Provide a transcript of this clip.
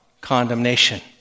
condemnation